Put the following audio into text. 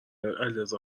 علیرضا